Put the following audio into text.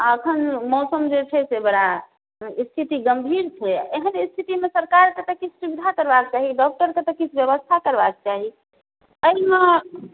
आ एखन मौसम जे छै से बड़ा स्थिति गम्भीर छै एहन स्थितिमे तऽ सरकारके तऽ किछु सुविधा करबाक चाही डॉक्टरके तऽ किछु व्यवस्था करबाक चाही एहिमे